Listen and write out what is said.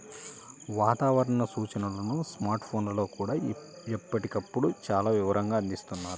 వాతావరణ సూచనలను స్మార్ట్ ఫోన్లల్లో కూడా ఎప్పటికప్పుడు చాలా వివరంగా అందిస్తున్నారు